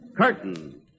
Curtain